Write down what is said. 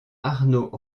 arnaud